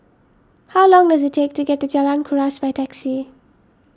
how long does it take to get to Jalan Kuras by taxi